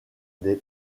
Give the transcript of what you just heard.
des